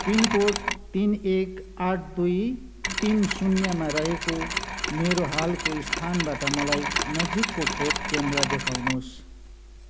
pin code तिन एक आठ दुई तिन शून्यमा रहेको मेरो हालको स्थानबाट मलाई नजिकको खोपकेन्द्र देखाउनुहोस्